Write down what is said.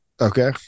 Okay